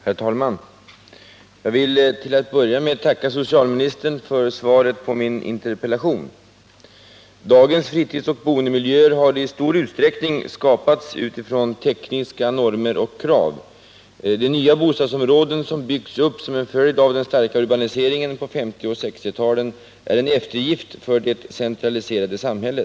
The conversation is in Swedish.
Herr talman! Jag vill till att börja med tacka socialministern för svaret på min interpellation. Dagens fritidsoch boendemiljöer har i stor utsträckning skapats utifrån tekniska normer och krav. De nya bostadsområden som byggts upp som en följd av den starka urbaniseringen på 1950 och 1960-talen är en eftergift för det centraliserade samhället.